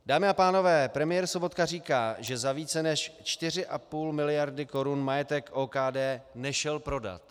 Dámy a pánové, premiér Sobotka říká, že za více než 4,5 mld. korun majetek OKD nešel prodat.